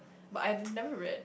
but I never read